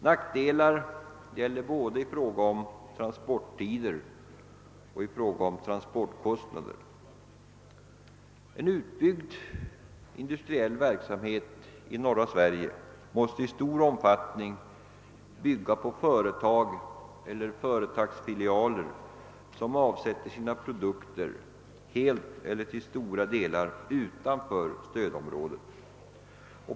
Nackdelarna är stora både när det gäller transporttider och transportkostnader. En utbyggd industriell verksamhet i norra Sverige måste i stor omfattning bygga på företag eller företagsfilialer som avsätter sina produkter helt eller till stor del utanför stödområdet.